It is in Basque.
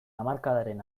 hamarkadaren